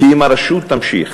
כי אם הרשות תמשיך